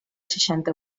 seixanta